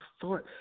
thought